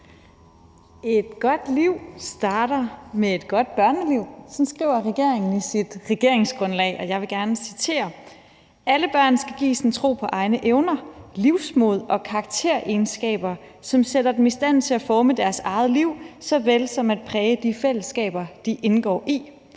»Et godt liv starter med et godt børneliv.« Sådan skriver regeringen i sit regeringsgrundlag, og de siger videre: »Alle børn skal gives en tro på egne evner, livsmod og karakteregenskaber, som sætter dem i stand til at forme deres eget liv såvel som at præge de fællesskaber, de indgår i.